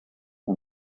and